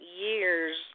years